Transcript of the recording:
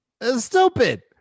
stupid